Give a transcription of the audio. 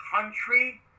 country